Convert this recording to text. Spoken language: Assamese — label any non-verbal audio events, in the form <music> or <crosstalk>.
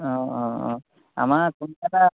অঁ অঁ অঁ আমাৰ <unintelligible> এটা